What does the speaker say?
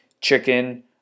chicken